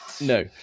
No